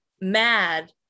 mad